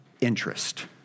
interest